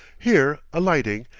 here alighting,